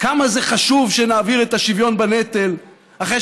כמה זה חשוב שנעביר את השוויון בנטל אחרי